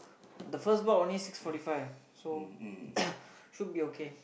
the first part only six forty five so should be okay